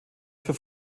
für